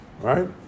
Right